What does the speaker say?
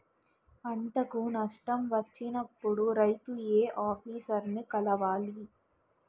పంటకు నష్టం వచ్చినప్పుడు రైతు ఏ ఆఫీసర్ ని కలవాలి?